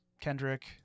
Kendrick